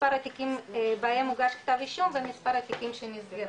מספר התיקים בהם כתב אישום ומספר התיקים שנסגרו.